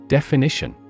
Definition